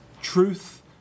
truth